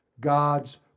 God's